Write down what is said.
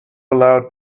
allowed